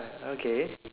okay